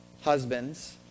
husbands